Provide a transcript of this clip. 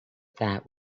that